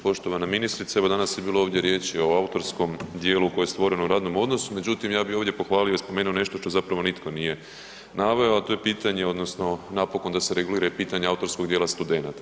Poštovana ministrice, evo danas je bilo ovdje riječi o autorskom dijelu koje je stvoreno u radnom odnosu, međutim ja bih ovdje pohvalio i spomenuo nešto što zapravo nitko nije naveo, a to je pitanje odnosno napokon da se regulira i pitanje autorskog dijela studenata.